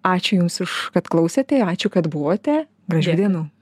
ačiū jums už kad klausėte ačiū kad buvote gražių dienų